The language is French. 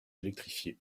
électrifiée